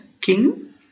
King